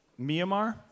Myanmar